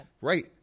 right